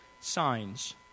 signs